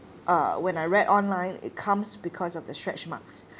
uh when I read online it comes because of the stretch marks